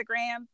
Instagram